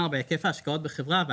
היקף ההשקעות בחברה,